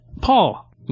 Paul